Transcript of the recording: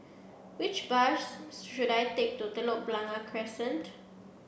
which bus should I take to Telok Blangah Crescent